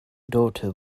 daughter